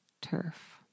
turf